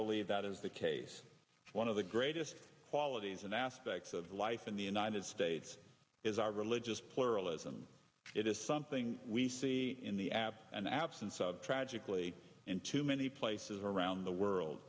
believe that is the case one of the greatest qualities and aspects of life in the united states is our religious pluralism it is something we see in the app and absence of tragically in too many places around the world